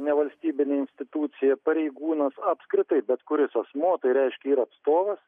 nevalstybinė institucija pareigūnas apskritai bet kuris asmuo tai reiškia ir atstovas